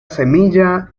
semilla